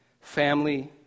Family